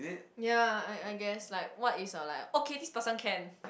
ya I I guess like what is your like okay this person can